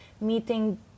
meeting